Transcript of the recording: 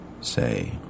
say